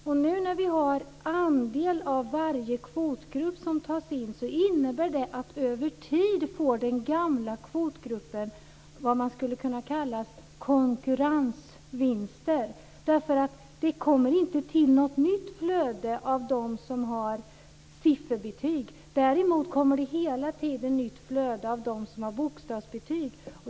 Att en andel av varje kvotgrupp tas in innebär att den gamla kvotgruppen får vad man skulle kunna kalla konkurrensvinster över tid. Det kommer inte till något nytt flöde av sådana som har sifferbetyg. Däremot kommer det hela tiden ett nytt flöde av sådana om har bokstavsbetyg.